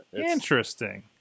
Interesting